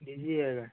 D J आहे का